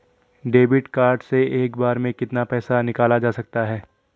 Debit card से एक बार में कितना पैसा निकाला जा सकता है?